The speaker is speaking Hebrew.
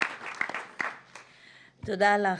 תודה לך.